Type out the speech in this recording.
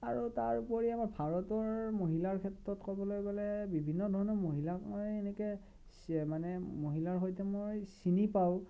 আৰু তাৰ উপৰি আমাৰ ভাৰতৰ মহিলাৰ ক্ষেত্ৰত ক'বলৈ গ'লে বিভিন্ন ধৰণৰ মহিলাক মই এনেকৈ মানে মহিলাৰ সৈতে মই চিনি পাওঁ